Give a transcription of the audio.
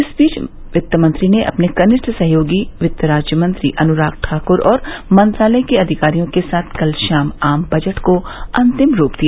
इस बीच वित्तमंत्रीने अपने कनिष्ठ सहयोगी वित्त राज्य मंत्री अनुराग ठाकुर और मंत्रालय के अधिकारियों के साथ कल शाम आम बजट को अंतिम रूप दिया